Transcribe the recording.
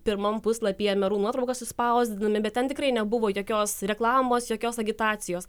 pirmam puslapyje merų nuotraukas išspausdindami bet ten tikrai nebuvo jokios reklamos jokios agitacijos